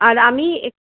আর আমি এ